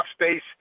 space